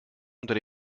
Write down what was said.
unter